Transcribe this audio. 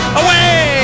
away